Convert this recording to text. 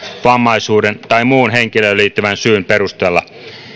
vammaisuuden tai muun henkilöön liittyvän syyn perusteella